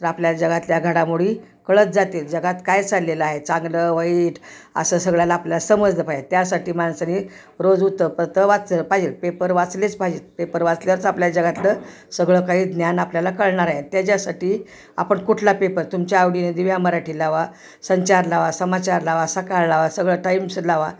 तर आपल्या जगातल्या घडामोडी कळत जातील जगात काय चाललेलं आहे चांगलं वाईट असं सगळ्याला आपल्याला समजलंं पाहिजे त्यासाठी माणसानी रोज वृत्तपत्र वाचलं पाहिजे पेपर वाचलेच पाहिजे पेपर वाचल्याच आपल्या जगातलं सगळं काही ज्ञान आपल्याला कळणार आहे त्याच्यासाठी आपण कुठला पेपर तुमच्या आवडीने दिव्या मराठी लावा संचार लावा समाचार लावा सकाळ लावा सगळं टाईम्स लावा